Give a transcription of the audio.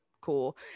cool